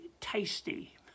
tasty